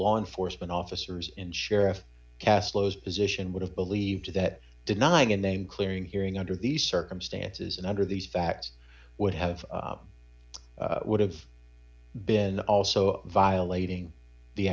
law enforcement officers and sheriff castillo's position would have believed that denying a name clearing hearing under these circumstances and under these facts would have would have been also violating the